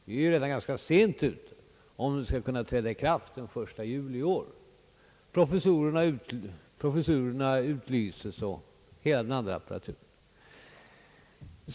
Vi är redan ganska sent ute om institutet skall kunna börja redan den 1 juli i år. Professurerna skall utlysas, och hela den andra apparaturen skall sättas i gång.